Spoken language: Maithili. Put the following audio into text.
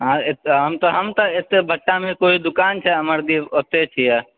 हम तऽ हम तऽ बच्चामे कोइ दोकान छै हमर ओतय छियै